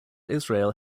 israel